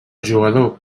jugador